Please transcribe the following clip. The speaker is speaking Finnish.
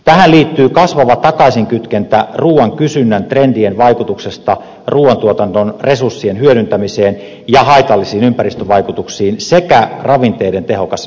tähän liittyvät kasvava takaisinkytkentä ruuan kysynnän trendien vaikutuksesta ruuantuotannon resurssien hyödyntämiseen ja haitallisiin ympäristövaikutuksiin sekä ravinteiden tehokas hyväksikäyttö